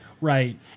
right